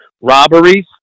Robberies